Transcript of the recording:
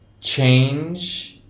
change